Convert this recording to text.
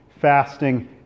fasting